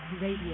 Radio